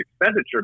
expenditure